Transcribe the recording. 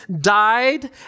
died